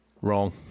Wrong